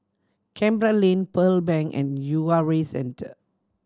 Canberra Lane Pearl Bank and U R A Center